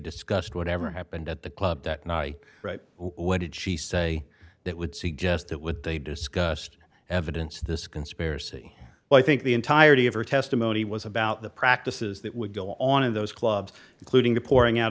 discussed whatever happened at the club that night right what did she say that would suggest that what they discussed evidence this conspiracy but i think the entirety of her testimony was about the practices that would go on in those clubs including the pouring out